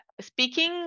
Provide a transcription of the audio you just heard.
speaking